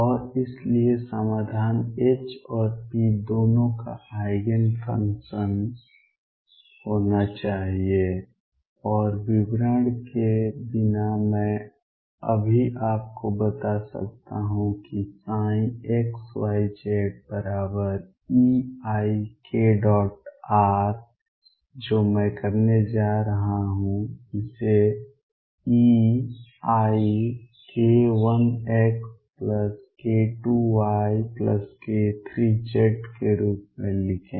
और इसलिए समाधान H और p दोनों का आइगेन फंक्शन होना चाहिए और विवरण के बिना मैं अभी आपको बता सकता हूं कि ψxyzeikr जो मैं करने जा रहा हूं इसे eik1xk2yk3z के रूप में लिखें